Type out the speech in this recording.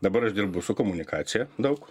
dabar aš dirbu su komunikacija daug